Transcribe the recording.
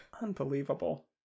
Unbelievable